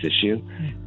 issue